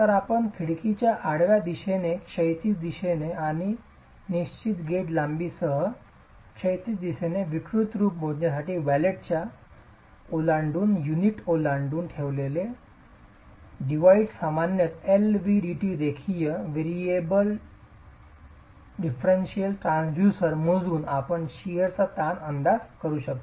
तर आपण खिडकीच्या आडव्या दिशेने क्षैतिज दिशेने आणि निश्चित गेज लांबीसह क्षैतिज दिशेने विकृत रूप मोजण्यासाठी वॉलेटच्या ओलांडून युनिट ओलांडून ठेवलेले डिव्हाइसेस सामान्यत एलव्हीडीटी LVDT रेखीय व्हेरिएबल डिफेरिएंट ट्रान्सड्यूसर मोजून आपण शिअरचा ताण अंदाज करू शकता